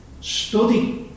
study